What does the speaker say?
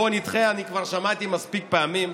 "בוא נדחה" אני כבר שמעתי מספיק פעמים,